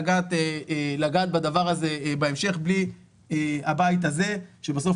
לגעת בדבר הזה בהמשך בלי הבית הזה שבסוף